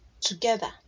together